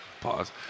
Pause